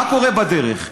מה קורה בדרך?